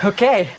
Okay